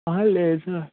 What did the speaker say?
లేదు సార్